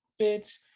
bitch